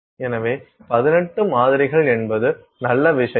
எனவே 18 மாதிரிகள் என்பது நல்ல விஷயம்